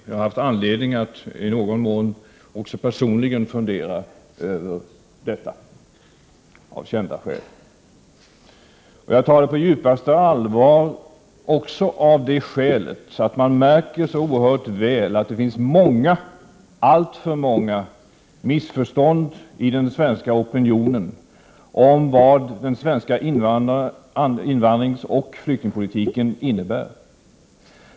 Jag har haft anledning att i någon mån också personligen fundera över detta, av kända skäl. Jag tar det här på djupaste allvar även av den anledningen att man så väl märker att det finns många — alltför många — missförstånd i den svenska opinionen om vad den svenska invandringsoch flyktingpolitiken innebär.